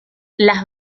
las